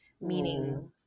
meaning